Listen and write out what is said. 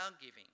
giving